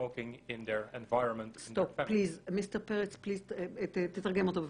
לחץ --- מר פרץ, בבקשה תתרגם אותו.